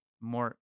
more